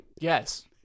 yes